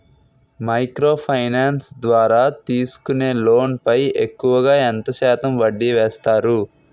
Micro finance ద్వారా తీసుకునే loan పై ఎక్కువుగా ఎంత శాతం వడ్డీ వేస్తారు?